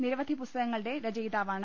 നിരവധി പുസ്തകങ്ങളുടെ രചയിതാവാണ്